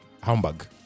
Hamburg